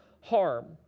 harm